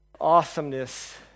awesomeness